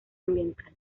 ambiental